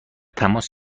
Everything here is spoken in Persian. تماس